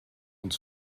uns